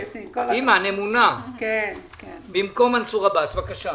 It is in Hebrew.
אימאן, במקום מנסור עבאס, בבקשה.